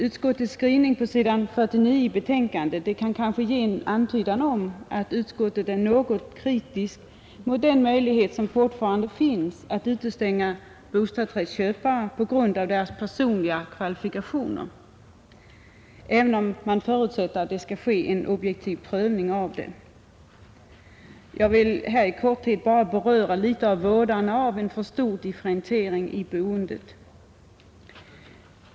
Utskottets skrivning på s. 49 i betänkandet ger en antydan om att utskottet är något kritiskt mot den möjlighet som fortfarande finns att utestänga bostadsrättsköpare på grund av deras personliga kvalifikationer, även om det förutsätts att en objektiv prövning sker. Jag vill i korthet beröra vådan av en för stor differentiering i boendet.